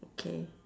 okay